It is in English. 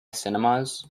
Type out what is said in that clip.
cinemas